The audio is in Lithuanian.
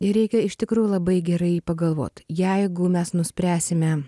ir reikia iš tikrųjų labai gerai pagalvot jeigu mes nuspręsime